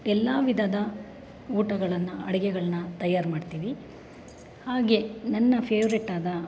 ಎಲ್ಲ ವಿಧದ ಊಟಗಳನ್ನು ಅಡುಗೆಗಳನ್ನ ತಯಾರು ಮಾಡ್ತೀವಿ ಹಾಗೆ ನನ್ನ ಫೆವ್ರೇಟಾದ